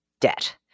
debt